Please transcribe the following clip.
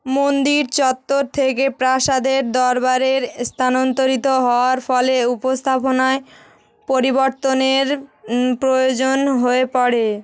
মন্দির চত্বর থেকে প্রাসাদের দরবারের স্থানান্তরিত হওয়ার ফলে উপস্থাপনায় পরিবর্তনের প্রয়োজন হয়ে পড়ে